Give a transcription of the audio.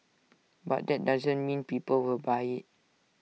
but that doesn't mean people will buy IT